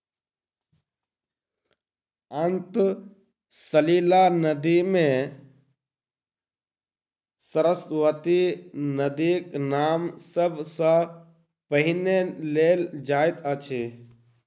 अंतः सलिला नदी मे सरस्वती नदीक नाम सब सॅ पहिने लेल जाइत अछि